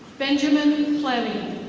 benjamin fleming.